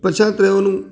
પછાત રહેવાનું